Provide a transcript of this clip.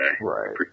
Right